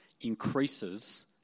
increases